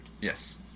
Yes